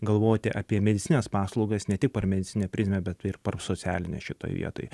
galvoti apie medicinines paslaugas ne tik per medicininę prizmę bet ir per socialinę šitoj vietoj